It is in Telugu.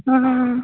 ఆ